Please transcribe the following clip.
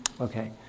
Okay